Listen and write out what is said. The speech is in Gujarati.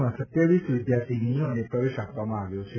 માં સત્યાવીશ વિદ્યાર્થીનીઓને પ્રવેશ આપવામાં આવ્યો છે